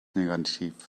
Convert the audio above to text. negativ